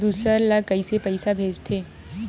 दूसरा ला कइसे पईसा भेजथे?